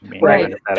Right